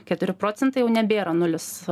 keturi procentai jau nebėra nulis